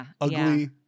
ugly